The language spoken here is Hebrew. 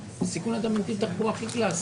שקשורים אליה- -- מבין את הבעיה.